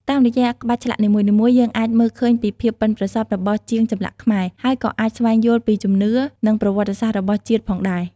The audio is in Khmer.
តាមរយៈក្បាច់ឆ្លាក់នីមួយៗ យើងអាចមើលឃើញពីភាពប៉ិនប្រសប់របស់ជាងចម្លាក់ខ្មែរ ហើយក៏អាចស្វែងយល់ពីជំនឿ និងប្រវត្តិសាស្រ្តរបស់ជាតិផងដែរ។